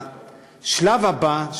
השלב הבא,